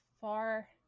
far